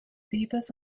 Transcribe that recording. beavers